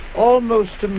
almost